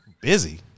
Busy